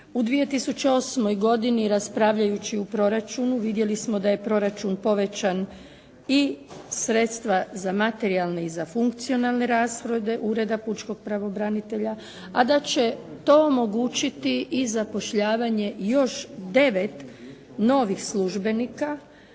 U 2008. godini raspravljajući u proračunu, vidjeli smo da je proračun povećan i sredstva za materijalne i za funkcionalne … /Govornica se ne razumije./ … Ureda pučkog pravobranitelja a da će to omogućiti i zapošljavanje još 9 novih službenika